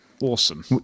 awesome